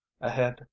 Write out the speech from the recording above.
Ahead